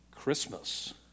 Christmas